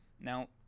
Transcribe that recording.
now